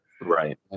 right